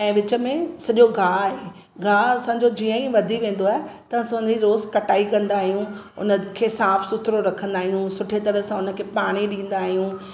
ऐं विच में सॼो गाहु आहे गाहु असांजो जीअं ई वधी वेंदो आहे त असां उनजी रोज़ु कटाई कंदा आहियूं उनखे साफ़ु सुथिरो रखंदा आहियूं सुठी तरह सां उनखे पाणी ॾींदा आहियूं